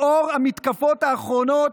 לאור המתקפות האחרונות,